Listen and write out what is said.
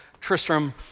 Tristram